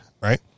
right